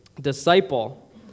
Disciple